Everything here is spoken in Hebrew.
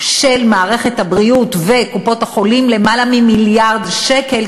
של מערכת הבריאות וקופות-החולים יותר ממיליארד שקל,